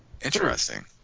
Interesting